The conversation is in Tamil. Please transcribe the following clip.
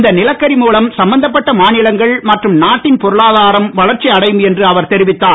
இந்த நிலக்கரி மூலம் சம்பந்தப்பட்ட மாநிலங்கள் மற்றும் நாட்டின் பொருளாதாரம் வளர்ச்சி அடையும் என்று அவர் தெரிவித்தார்